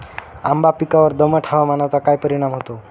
आंबा पिकावर दमट हवामानाचा काय परिणाम होतो?